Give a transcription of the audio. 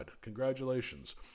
Congratulations